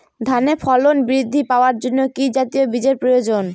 ধানে ফলন বৃদ্ধি পাওয়ার জন্য কি জাতীয় বীজের প্রয়োজন?